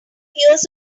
years